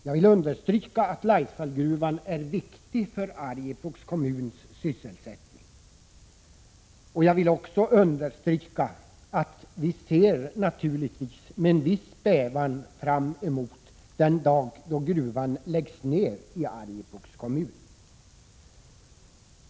Jag vill understryka att Laisvallgruvan är viktig för sysselsättningen i Arjeplogs kommun. Jag vill också understryka att det naturligtvis är med en viss bävan som vi tänker på den dag då gruvan i Arjeplogs kommun läggs ned.